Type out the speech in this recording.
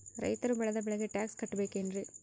ರೈತರು ಬೆಳೆದ ಬೆಳೆಗೆ ಟ್ಯಾಕ್ಸ್ ಕಟ್ಟಬೇಕೆನ್ರಿ?